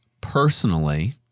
Personally